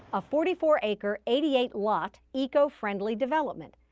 a forty four acre, eighty eight lot eco-friendly development.